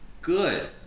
good